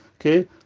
Okay